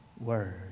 word